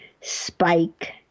spike